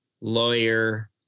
lawyer